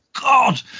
God